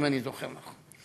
אם אני זוכר נכון.